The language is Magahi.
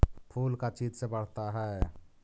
फूल का चीज से बढ़ता है?